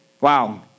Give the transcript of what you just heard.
Wow